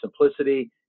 simplicity